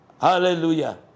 Hallelujah